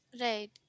Right